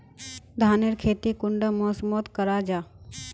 धानेर खेती कुंडा मौसम मोत करा जा?